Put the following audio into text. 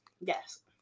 Yes